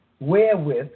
wherewith